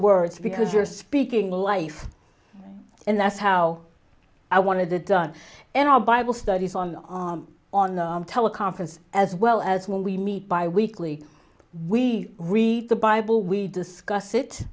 words because you're speaking life and that's how i wanted it done and our bible studies on on a teleconference as well as when we meet by weekly we read the bible we discuss it